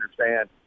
understand